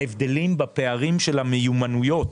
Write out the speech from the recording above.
בצד שמאל את רואים את ההבדלים בפערים של המיומנויות.